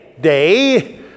day